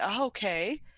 okay